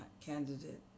candidate